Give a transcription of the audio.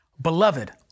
beloved